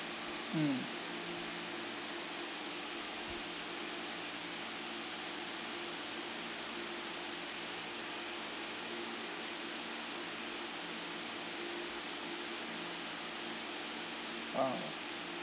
mm ah